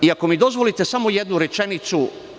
Ako mi dozvolite samo jednu rečenicu.